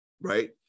right